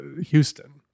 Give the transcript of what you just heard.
Houston